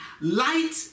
Light